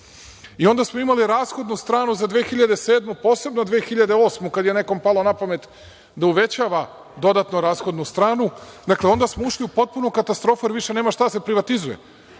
pa smo imali rashodnu stranu za 2007, posebno 2008. godinu, kad je nekom palo napamet da uvećava dodatno rashodnu stranu, dakle, onda smo ušli u potpunu katastrofu jer više nema šta da se privatizuje.